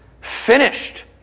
finished